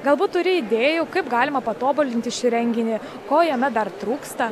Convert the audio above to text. galbūt turi idėjų kaip galima patobulinti šį renginį ko jame dar trūksta